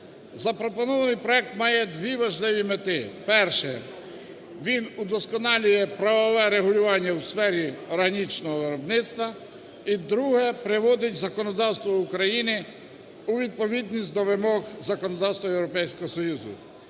Запропонований проект має дві важливі мети. Перше: він удосконалює правове регулювання у сфері органічного виробництва. І друге: приводить законодавство України у відповідність до вимог законодавства Європейського Союзу.